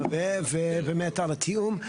ובאמת על התיאום.